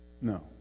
No